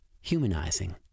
humanizing